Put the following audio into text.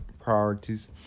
priorities